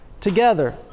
together